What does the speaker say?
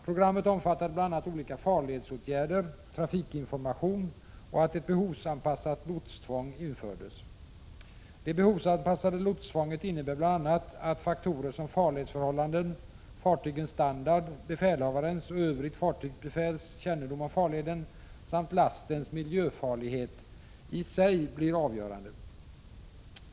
Programmet omfattade bl.a. olika farledsåtgärder, trafikinformation och införandet av ett behovsanpassat lotstvång. Det behovsanpassade lotstvånget innebär bl.a. att faktorer som farledsförhållanden, fartygens standard, befälhavarens och övrigt fartygsbefäls kännedom om farleden samt lastens miljöfarlighet i sig blir avgörande.